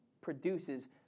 produces